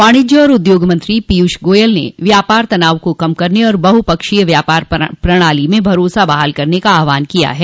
वाणिज्य और उद्योग मंत्री पीयूष गोयल ने व्यापार तनाव कम करने और बहु पक्षीय व्यापार प्रणाली में भरोसा बहाल करने का आहवान किया है